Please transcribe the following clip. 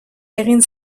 egin